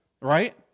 right